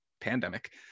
pandemic